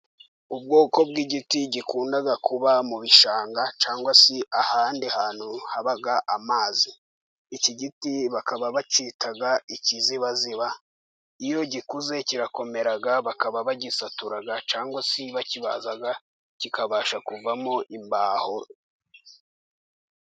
Ubwoko bw'igiti gikunda kuba mu bishanga, cyangwa se ahandi hantu haba amazi. Iki giti bakaba bacyita ikizibaziba, iyo gikuze kirakomera bakaba bagisatura cyangwa se bakibaza, kikabasha kuvamo imbaho.